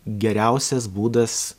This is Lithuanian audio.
geriausias būdas